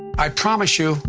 i promise you,